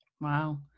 wow